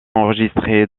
enregistré